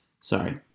Sorry